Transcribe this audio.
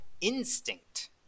Instinct